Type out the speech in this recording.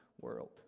world